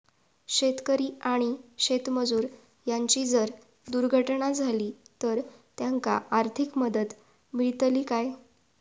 शेतकरी आणि शेतमजूर यांची जर दुर्घटना झाली तर त्यांका आर्थिक मदत मिळतली काय?